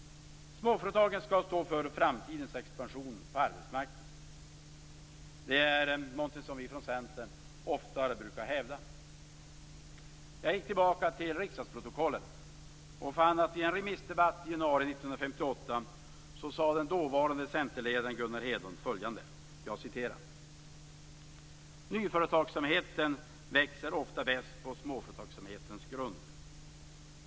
Småföretagen skall stå för framtidens expansion på arbetsmarknaden. Det är någonting som vi från Centern ofta brukar hävda. Jag gick tillbaka till riksdagsprotokollen och fann att i en remissdebatt i januari 1958 sade den dåvarande Centerledaren Gunnar Hedlund följande: Nyföretagsamheten växer ofta bäst på småföretagsamhetens grund.